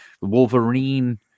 Wolverine